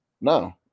No